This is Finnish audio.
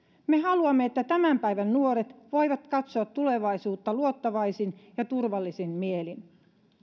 me haluamme että tämän päivän nuoret voivat katsoa tulevaisuutta luottavaisin ja turvallisin mielin